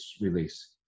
release